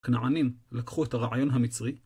כנענים לקחו את הרעיון המצרי.